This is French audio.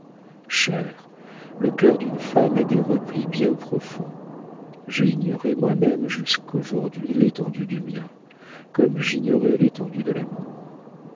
cher le cœur d'une femme a des replis bien profonds j'ai ignoré moi-même jusqu'aujourd'hui l'étendue du mien comme j'ignorais l'étendue de l'amour